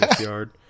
yard